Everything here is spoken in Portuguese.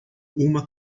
uma